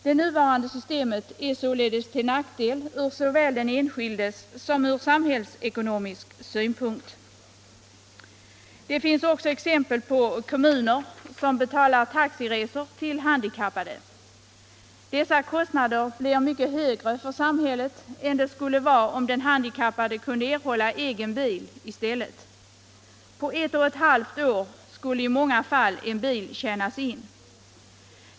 Det nuvarande systemet är således till nackdel från såväl den enskildes synpunkt som från samhällsekonomisk synpunkt. Det finns också exempel på kommuner som betalar taxiresor för de handikappade. Dessa kostnader blir större för samhället än de skulle bli om den handikappade i stället kunde erhålla egen bil. På ett och ett halvt år skulle i många fall en bil tjänas in.